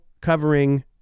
covering